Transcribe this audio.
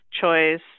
choice